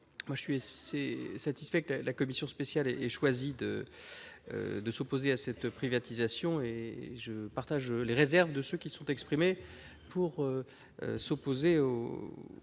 Je suis satisfait que la commission spéciale ait choisi de s'opposer à cette privatisation et je partage les réserves de ceux qui se sont exprimés dans le